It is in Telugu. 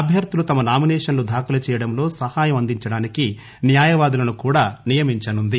అభ్యర్థులు తమ నామినేషన్లు దాఖలు చేయడంలో సహాయం అందించడానికి న్యాయవాదులను కూడా నియమించనుంది